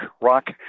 Rock